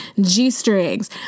g-strings